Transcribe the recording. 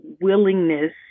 willingness